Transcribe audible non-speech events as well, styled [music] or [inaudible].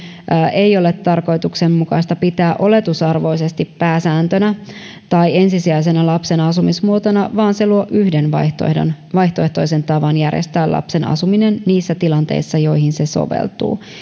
ei ole tarkoituksenmukaista pitää oletusarvoisesti pääsääntönä [unintelligible] [unintelligible] [unintelligible] [unintelligible] [unintelligible] [unintelligible] tai ensisijaisena lapsen asumismuotona vaan se luo yhden [unintelligible] vaihtoehtoisen tavan järjestää lapsen asuminen niissä tilanteissa joihin se soveltuu